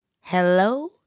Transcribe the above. Hello